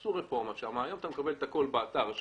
עשו רפורמה שהיום אתה מקבל את הכול באתר,